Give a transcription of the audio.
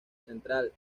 central